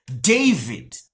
David